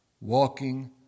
walking